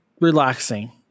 relaxing